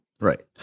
Right